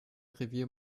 revier